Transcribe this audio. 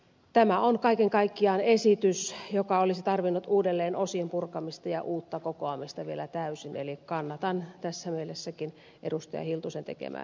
tämä on kaiken kaikkiaan esitys joka olisi tarvinnut uudelleen osiin purkamista ja uutta kokoamista vielä täysin eli kannatan tässäkin mielessä ed